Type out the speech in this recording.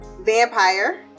vampire